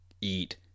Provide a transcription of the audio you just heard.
eat